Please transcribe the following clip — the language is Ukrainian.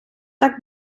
так